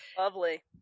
lovely